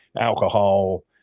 alcohol